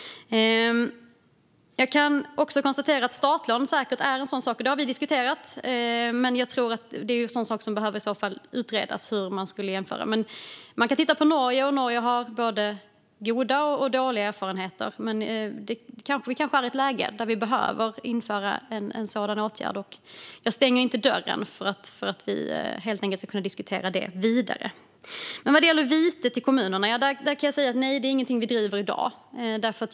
Jag kan också konstatera att startlån säkert är en sådan sak som vi kan titta på - och det har vi diskuterat - men jag tror att det behöver utredas hur man skulle jämföra. Man kan titta på Norge, och Norge har både goda och dåliga erfarenheter. Men vi kanske är i ett läge där vi behöver vidta en sådan åtgärd. Jag stänger inte dörren för att vi ska kunna diskutera det vidare. Vad gäller vite till kommunerna kan jag säga att det inte är något som vi driver i dag.